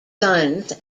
sons